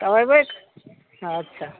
तब अएबै अच्छा